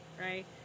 right